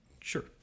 sure